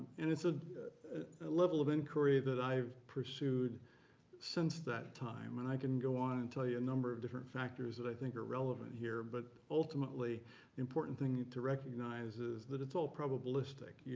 and it's a level of inquiry that i've pursued since that time. and i can go on and tell you a number of different factors that i think are relevant here. but ultimately, the important thing to recognize is that it's all probabilistic.